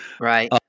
right